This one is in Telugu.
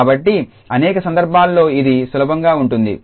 కాబట్టి అనేక సందర్భాల్లో ఇది సులభంగా ఉండవచ్చు